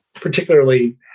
particularly